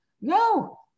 no